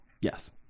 Yes